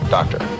Doctor